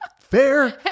Fair